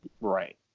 Right